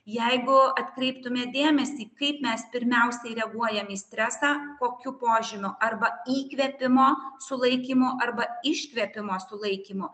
jeigu atkreiptume dėmesį kaip mes pirmiausiai reaguojam į stresą kokių požymių arba įkvėpimo sulaikymo arba iškvėpimo sulaikymo